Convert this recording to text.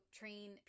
train